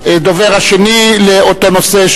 הדובר השני באותו נושא,